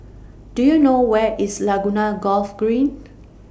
Do YOU know Where IS Laguna Golf Green